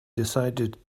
decided